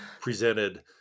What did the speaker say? presented